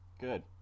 Good